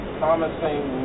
promising